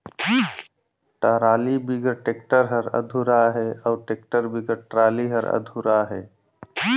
trolley बिगर tractor हर अधुरा अहे अउ टेक्टर बिगर टराली हर अधुरा अहे